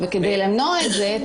כדי למנוע את זה,